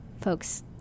folks